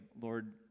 Lord